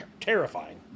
Terrifying